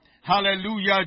Hallelujah